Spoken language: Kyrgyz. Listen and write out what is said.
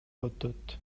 өтөт